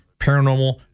Paranormal